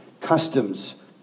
customs